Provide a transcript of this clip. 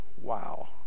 Wow